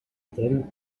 thèmes